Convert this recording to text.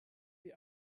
wir